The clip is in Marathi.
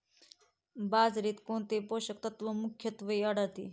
बाजरीत कोणते पोषक तत्व मुख्यत्वे आढळते?